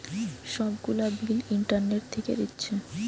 সব গুলা bill internet থিকে দিচ্ছে